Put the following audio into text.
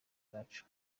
bwacu